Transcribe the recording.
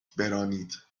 برانید